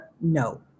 No